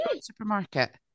supermarket